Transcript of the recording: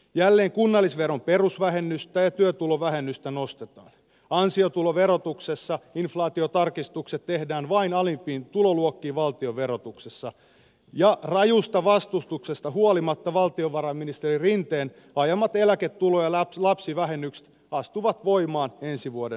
jälleen kunnallisveron perusvähennystä ja työtulovähennystä nostetaan ansiotuloverotuksessa inflaatiotarkistukset tehdään vain alimpiin tuloluokkiin valtion verotuksessa ja rajusta vastustuksesta huolimatta valtiovarainministeri rinteen ajamat eläketulo ja lapsivähennykset astuvat voimaan ensi vuoden alusta